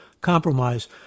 compromise